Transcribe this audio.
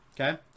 Okay